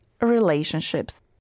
relationships